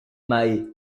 mahé